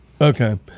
Okay